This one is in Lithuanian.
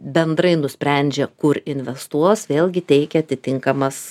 bendrai nusprendžia kur investuos vėlgi teikia atitinkamas